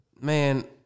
Man